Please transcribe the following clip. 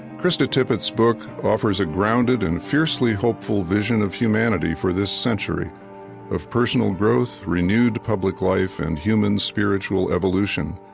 krista tippett's book offers a grounded and fiercely hopeful vision of humanity for this century of personal growth, renewed public life, and human spiritual evolution.